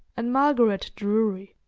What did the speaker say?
and margaret drury.